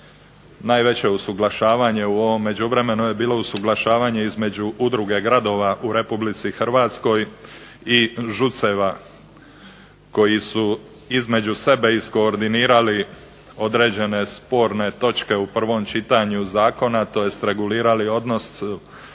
Najveće usuglašavanje u međuvremenu je bilo usuglašavanje između Udruge gradova u RH i ŽUC-eva koji su između sebe iskoordinirali određene sporne točke u prvom čitanju zakona tj. regulirali odnos prelaženja